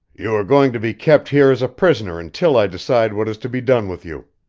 you are going to be kept here as a prisoner until i decide what is to be done with you.